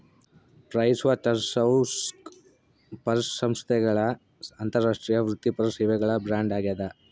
PricewaterhouseCoopers ಸಂಸ್ಥೆಗಳ ಅಂತಾರಾಷ್ಟ್ರೀಯ ವೃತ್ತಿಪರ ಸೇವೆಗಳ ಬ್ರ್ಯಾಂಡ್ ಆಗ್ಯಾದ